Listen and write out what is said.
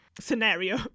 scenario